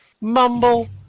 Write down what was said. Mumble